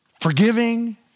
forgiving